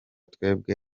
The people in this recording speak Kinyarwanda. twebwe